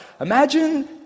Imagine